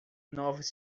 novas